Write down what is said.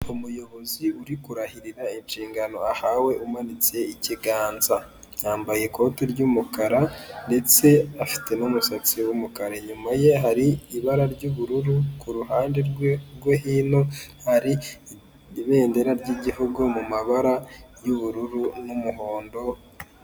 Umuyobozi uri kurahirira inshingano ahawe umanitse ikiganza, yambaye ikoti ry'umukara ndetse afite n'umusatsi w'umukara inyuma ye hari ibara ry'ubururu kuruhande rwe rwe hino hari ibendera ry'igihugu mu mabara y'ubururu n'umuhondo.